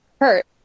hurt